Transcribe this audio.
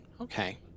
Okay